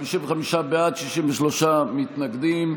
55 בעד, 63 מתנגדים.